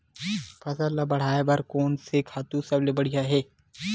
फसल ला बढ़ाए बर कोन से खातु सबले बढ़िया हे?